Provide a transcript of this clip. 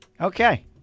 Okay